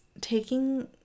taking